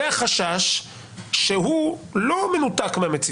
זה חשש שהוא לא מנותק מהמציאות.